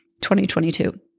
2022